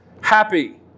happy